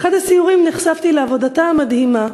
באחד הסיורים נחשפתי לעבודתה המדהימה